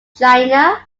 china